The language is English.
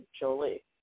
Jolie